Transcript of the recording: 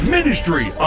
Ministry